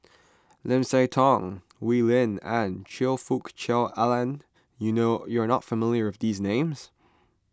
Lim Siah Tong Wee Lin and Choe Fook Cheong Alan you know you are not familiar with these names